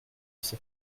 ces